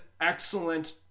excellent